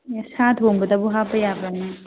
ꯑꯦ ꯁꯥ ꯊꯣꯡꯕꯗꯕꯨ ꯍꯥꯞꯄ ꯌꯥꯕ꯭ꯔꯥꯅꯦ